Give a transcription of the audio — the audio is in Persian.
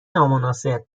نامناسب